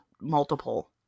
multiple